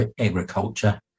agriculture